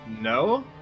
No